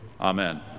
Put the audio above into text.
amen